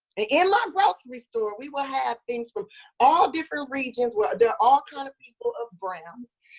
in my grocery store, we will have things from all different regions where they're all kind of people of brown.